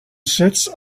sits